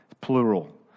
plural